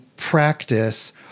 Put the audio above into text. practice